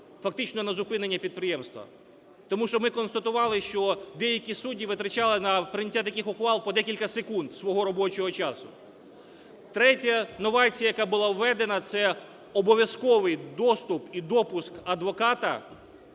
фактично на зупинення підприємства. Тому що ми констатували, що деякі судді витрачали на прийняття таких ухвал по декілька секунд свого робочого часу. Третя новація, яка була введена, - це обов'язковий доступ і допуск адвоката